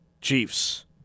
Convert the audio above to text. Chiefs